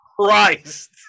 christ